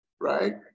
Right